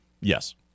Yes